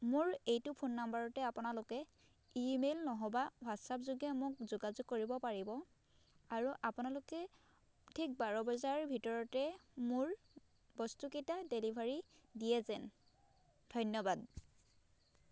মোৰ এইটো ফ'ন নম্বৰতে আপোনালোকে ই মেইল নহ'বা হোৱাটচআপ যোগে মোক যোগাযোগ কৰিব পাৰিব আৰু আপোনালোকে ঠিক বাৰ বজাৰ ভিতৰতে মোৰ বস্তুকেইটা ডেলিভাৰী দিয়ে যে ধন্যবাদ